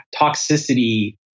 toxicity